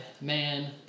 man